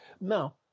now